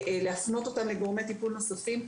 להפנות לגורמי טיפול נוספים.